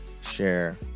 share